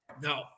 No